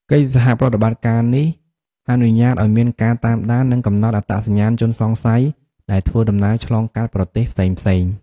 កិច្ចសហប្រតិបត្តិការនេះអនុញ្ញាតឲ្យមានការតាមដាន និងកំណត់អត្តសញ្ញាណជនសង្ស័យដែលធ្វើដំណើរឆ្លងកាត់ប្រទេសផ្សេងៗ។